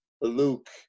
Luke